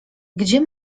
gdzie